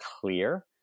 clear